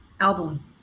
album